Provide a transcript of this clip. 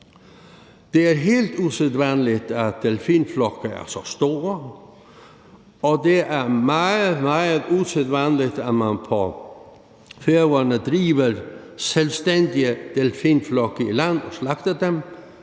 Det er helt usædvanligt, at delfinflokke er så store, og det er meget, meget usædvanligt, at man på Færøerne driver selvstændige delfinflokke i land og slagter dem,